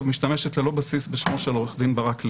משתמשת ללא בסיס בשמו של עו"ד ברק לייזר".